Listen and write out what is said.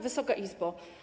Wysoka Izbo!